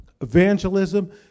Evangelism